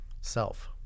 self